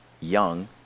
young